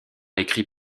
écrit